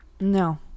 No